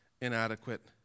inadequate